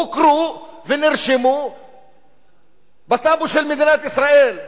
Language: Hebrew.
הוכרו ונרשמו בטאבו של מדינת ישראל.